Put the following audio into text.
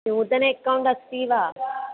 नूतन अकौण्ड् अस्ति वा